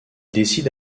décide